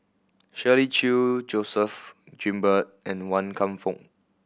Shirley Chew Joseph Grimberg and Wan Kam Fook